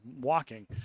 walking